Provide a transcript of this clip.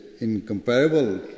incomparable